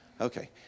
Okay